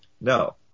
No